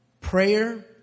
prayer